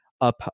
up